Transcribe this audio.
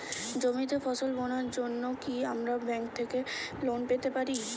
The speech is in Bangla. জমিতে ফসল বোনার জন্য কি আমরা ব্যঙ্ক থেকে লোন পেতে পারি?